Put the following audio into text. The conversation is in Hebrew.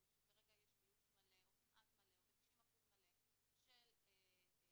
שכרגע יש איוש מלא או כמעט מלא או ב-90% מלא של --- 85%.